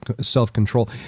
self-control